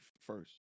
first